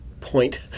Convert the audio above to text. point